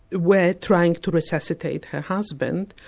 were trying to resuscitate her husband,